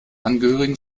angehörigen